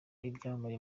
ibyamamare